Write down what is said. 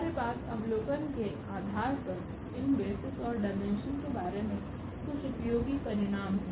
हमारे पास अवलोकन के आधार पर इन बेसिस और डायमेंशन के बारे में कुछ उपयोगी परिणाम हैं